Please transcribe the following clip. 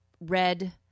red